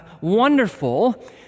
wonderful